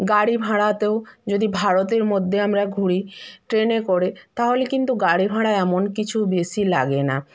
গাড়ি ভাড়াতেও যদি ভারতের মধ্যে আমরা ঘুরি ট্রেনে করে তাহলে কিন্তু গাড়ি ভাঁড়া এমন কিছু বেশি লাগে না